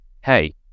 hey